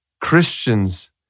Christians